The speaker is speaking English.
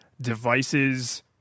devices